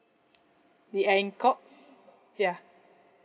ya